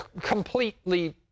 Completely